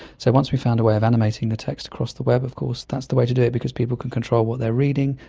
so once we found a way of animating the text across the web of course that's the way to do it because people can control what they are reading,